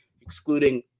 excluding